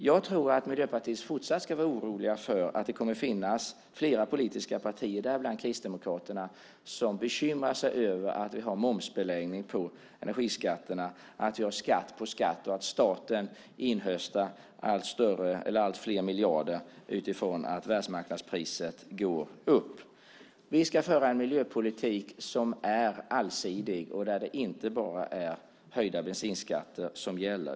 Jag tror att ni i Miljöpartiet fortsatt ska vara oroliga för att det kommer att finnas flera politiska partier, däribland Kristdemokraterna, som är bekymrade över att energiskatterna är momsbelagda - att vi har skatt på skatt - och över att staten inhöstar allt fler miljarder allteftersom världsmarknadspriset går upp. Vi ska föra en miljöpolitik som är allsidig och där det inte bara är höjd bensinskatt som gäller.